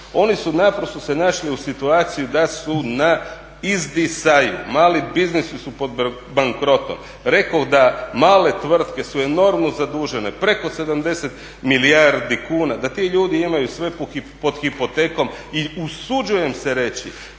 Oni su naprosto se našli u situaciji da su na izdisaju, mali biznisi su pod bankrotom. Rekoh da male tvrtke su enormno zadužene preko 70 milijardi kuna, da ti ljudi imaju sve pod hipotekom. I usuđujem se reći